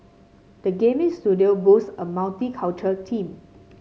the gaming studio boasts a multicultural team